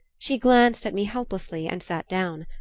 she glanced at me helplessly and sat down.